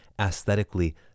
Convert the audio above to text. aesthetically